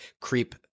creep